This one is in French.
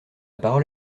parole